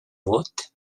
mut